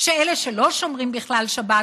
שאלה שלא שומרים בכלל שבת,